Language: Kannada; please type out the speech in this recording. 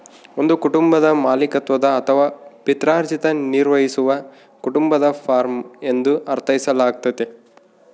ಒಂದು ಕುಟುಂಬದ ಮಾಲೀಕತ್ವದ ಅಥವಾ ಪಿತ್ರಾರ್ಜಿತ ನಿರ್ವಹಿಸುವ ಕುಟುಂಬದ ಫಾರ್ಮ ಎಂದು ಅರ್ಥೈಸಲಾಗ್ತತೆ